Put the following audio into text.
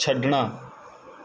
ਛੱਡਣਾ